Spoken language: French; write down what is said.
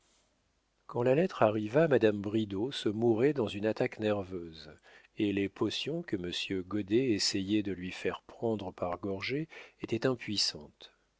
quand la lettre arriva madame bridau se mourait dans une attaque nerveuse et les potions que monsieur goddet essayait de lui faire prendre par gorgées étaient impuissantes